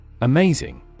Amazing